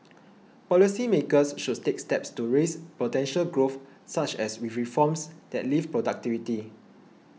policy makers should take steps to raise potential growth such as with reforms that lift productivity